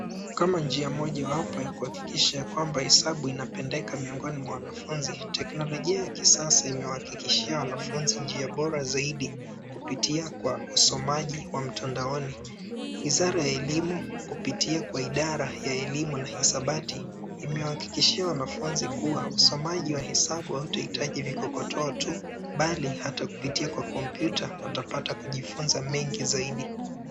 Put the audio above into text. Kama njia mojawapo ya kuhakikisha ya kwamba hesabu inapendeka miongoni mwa wanafunzi, teknologia ya kisasa imewakikishia wanafunzi njia bora zaidi kupitia kwa usomaji wa mtandaoni. Wizara ya elimu kupitia kwa idara ya elimu na hisabati, imewahakikishia wanafunzi kua usomaji wa hesabu hautahitaji vikokotoa tu, bali ata kupitia kwa kompyuta watapata kujifunza mengi zaidi.